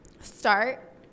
start